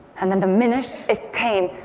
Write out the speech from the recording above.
and then the minute it came,